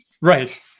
Right